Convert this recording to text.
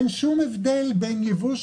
כל ייבוא שהוא,